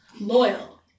loyal